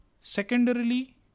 Secondarily